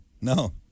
No